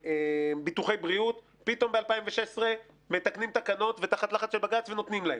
ביטוחי בריאות ב-2016 מתקנים תקנות תחת לחץ של בג"ץ ונותנים לה.